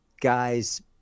guys